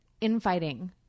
infighting